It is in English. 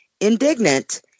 Indignant